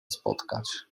spotkać